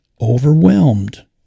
overwhelmed